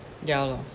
ya lor